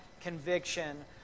conviction